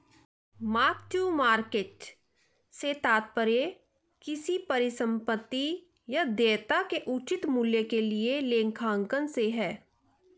mark to market से तात्पर्य किसी परिसंपत्ति या देयता के उचित मूल्य के लिए लेखांकन से है